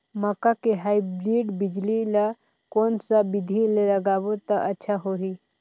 मक्का के हाईब्रिड बिजली ल कोन सा बिधी ले लगाबो त अच्छा होहि?